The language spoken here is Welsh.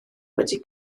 wedi